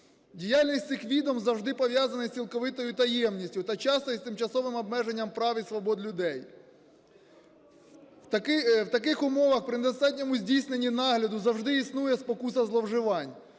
Діяльність цих відомств завжди пов'язана із цілковитою таємністю та часто – із тимчасовим обмеженням прав і свобод людей. В таких умовах при недостатньому здійсненні нагляду завжди існує спокуса зловживань,